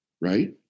right